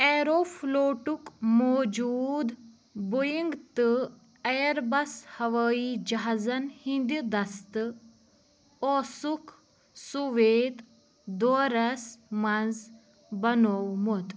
ایروفٕلوٹُک موجوٗد بویِنٛگ تہٕ Airbus ہوٲیی جہازَن ہِنٛدِ دَستہٕ اوسُکھ سُویت دورَس منٛز بنوٚومُت